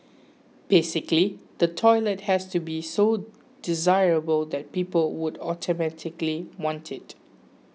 basically the toilet has to be so desirable that people would automatically want it